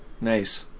Nice